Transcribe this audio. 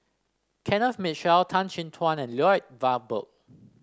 Kenneth Mitchell Tan Chin Tuan and Lloyd Valberg